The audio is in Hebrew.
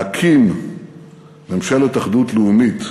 להקים ממשלת אחדות לאומית